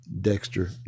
Dexter